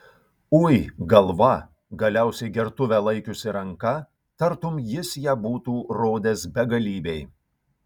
ui galva galiausiai gertuvę laikiusi ranka tartum jis ją būtų rodęs begalybei